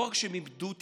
לא רק שהם איבדו תקווה,